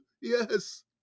yes